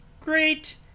great